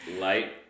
Light